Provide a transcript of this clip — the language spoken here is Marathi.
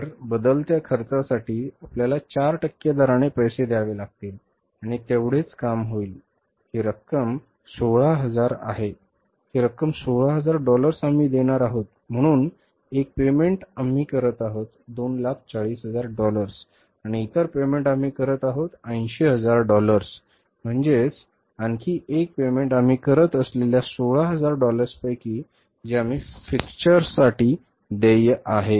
इतर बदलत्या खर्चासाठी आपल्याला 4 टक्के दराने पैसे द्यावे लागतील आणि तेवढेच काम होईल ही रक्कम 16000 आहे ही रक्कम 16000 डॉलर्स आम्ही देणार आहोत म्हणून एक पेमेंट आम्ही करत आहोत 240000 डॉलर्स आणि इतर पेमेंट आम्ही करत आहोत 80000 डॉलर्स म्हणजे आणखी एक पेमेंट आम्ही करीत असलेल्या 16000 डॉलर्सपैकी जे आम्ही fixture साठी देय आहे